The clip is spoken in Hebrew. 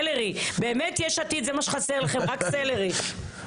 על ציבור המאושפזים הוראה שאנחנו כבר הסכמנו שהיא מיותרת והצהרתית,